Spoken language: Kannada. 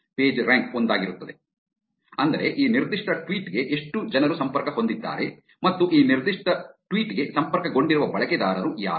ಪೇಜ್ರ್ಯಾಂಕ್ ಒಂದಾಗಿರುತ್ತದೆ ಅಂದರೆ ಈ ನಿರ್ದಿಷ್ಟ ಟ್ವೀಟ್ ಗೆ ಎಷ್ಟು ಜನರು ಸಂಪರ್ಕ ಹೊಂದಿದ್ದಾರೆ ಮತ್ತು ಈ ನಿರ್ದಿಷ್ಟ ಟ್ವೀಟ್ ಗೆ ಸಂಪರ್ಕಗೊಂಡಿರುವ ಬಳಕೆದಾರರು ಯಾರು